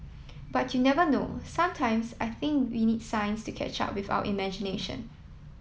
but you never know sometimes I think we need science to catch up with our imagination